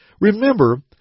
Remember